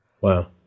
Wow